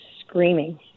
screaming